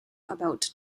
about